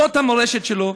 זאת המורשת שלו,